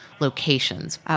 Locations